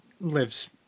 lives